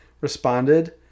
responded